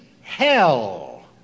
hell